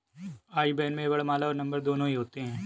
आई ban में वर्णमाला और नंबर दोनों ही होते हैं